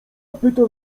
pyta